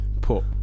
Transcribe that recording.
Put